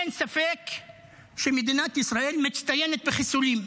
אין ספק שמדינת ישראל מצטיינת בחיסולים.